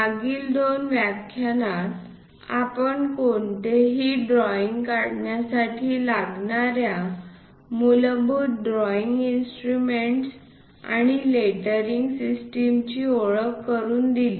मागील दोन व्याख्यानात आपण कोणतेही ड्रॉईंग काढण्यासाठी लागणाऱ्या मूलभूत ड्रॉईंग इंस्ट्रुमेंट्स आणि लेटरिंग सिस्टमची ओळख करून दिली